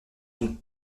une